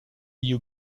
you